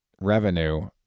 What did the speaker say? revenue